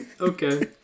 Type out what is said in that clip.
Okay